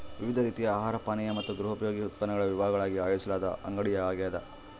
ವಿವಿಧ ರೀತಿಯ ಆಹಾರ ಪಾನೀಯ ಮತ್ತು ಗೃಹೋಪಯೋಗಿ ಉತ್ಪನ್ನಗಳ ವಿಭಾಗಗಳಾಗಿ ಆಯೋಜಿಸಲಾದ ಅಂಗಡಿಯಾಗ್ಯದ